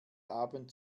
abend